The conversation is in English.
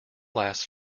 lasts